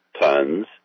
tons